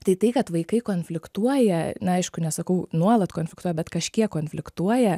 tai tai kad vaikai konfliktuoja na aišku nesakau nuolat konfliktuoja bet kažkiek konfliktuoja